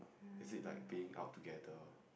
is it like being out together